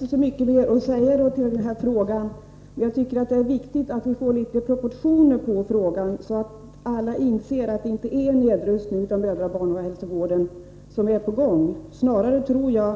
Herr talman! Jag har inte så mycket mer att säga i den här frågan. Jag tycker bara att det är viktigt att vi får litet proportioner på saken, så att alla inser att det inte är någon nedrustning av mödraoch barnhälsovården som är på gång. Snarare tror jag